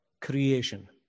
Creation